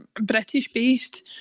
British-based